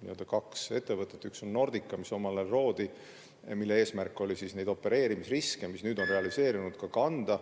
ju kaks ettevõtet: üks on Nordica, mis omal ajal loodi, mille eesmärk oli neid opereerimisriske, mis nüüd on realiseerunud, kanda,